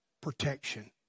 protection